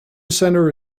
center